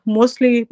Mostly